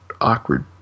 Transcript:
awkward